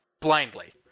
blindly